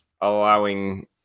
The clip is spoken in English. allowing